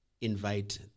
invite